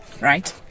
right